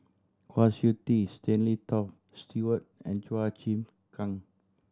Kwa Siew Tee Stanley Toft Stewart and Chua Chim Kang